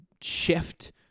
shift